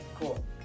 cool